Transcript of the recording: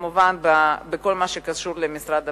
וכמובן בכל מה שקשור למשרד הפנים.